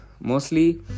mostly